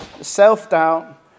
self-doubt